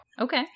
okay